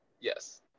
Yes